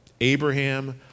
Abraham